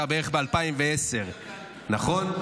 בערך ב-2010, נכון?